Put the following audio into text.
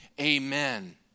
amen